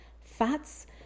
fats